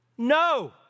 No